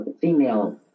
female